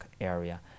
area